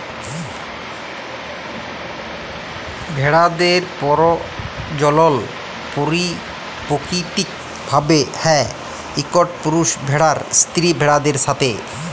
ভেড়াদের পরজলল পাকিতিক ভাবে হ্যয় ইকট পুরুষ ভেড়ার স্ত্রী ভেড়াদের সাথে